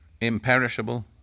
imperishable